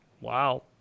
Wow